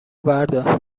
بردار